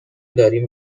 داریم